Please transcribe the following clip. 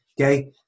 okay